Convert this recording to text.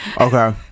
okay